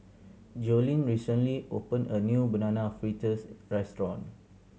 Jolene recently opened a new Banana Fritters restaurant